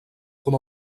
com